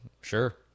Sure